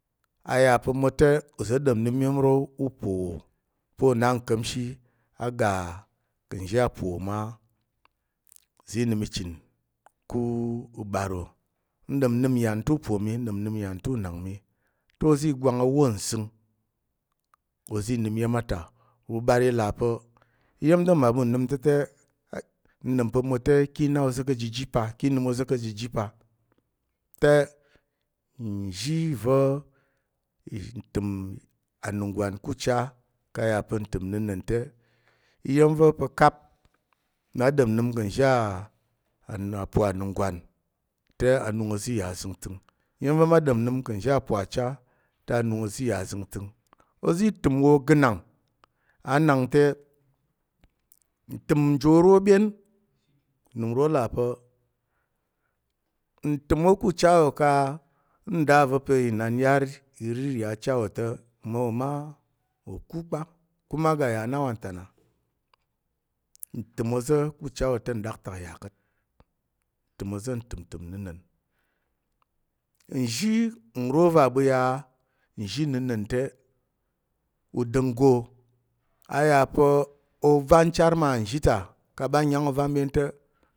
A yà pa̱ mwote uza̱ ɗom nnəm iya̱m ro ûpo wò pa̱ na o na nka̱mshi aga ka̱ nzhi a po wo ma uzi i nəm i chən ku uɓar wo, n ɗom nnəm nyan ta̱ ûpo mi n ɗom nnəm nyan ta̱ ûnang mi ta oza̱ i gwang awo nzəng oza̱ i nəm iya̱m a ta uɓəɓar i là pa̱ iya̱m ta̱ mmaɓu ka̱ nnəm ta̱ te n ɗom pa̱ mwote ki na oza̱ ka̱ jiji pa̱ ki na oza̱ ki nəm oza̱ ka̱ jiji pa. Te nzhi va̱ ntəm anungwan ku ucha ka̱ yà pa̱ ntəm nnəna̱n te iya̱m va̱ pa̱ kap mma ɗom nnənəm ka̱ nzhi apo anungwan te mi nəm ka̱ anung zəngtəng. Iya̱m va̱ mma ɗom nnəm ka̱ nzhi apo acha te anung oza̱ i yà zəngtəng oza̱ i təm wa ogənang. A nak te ntəm nji oro ɓyen unəm uro là pa̱ ntəm wo ku ucha wo, nda va̱ pe inan a yar iriri acha wo te mmawo ma o kú kpa, kuma aga yà wanta na ntəm oza̱ ku ucha wo. Te nɗaktak yà ka̱t ntəm oza̱ ntəmtəm nnəna̱n nzhi nro va̱ ɓu ya nzhi nnəna̱n te udanggo a ya pa̱ ovanchar ma ya ka̱ nzhi ta ka̱ mɓa nyang ovanbyen te